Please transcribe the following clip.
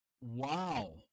Wow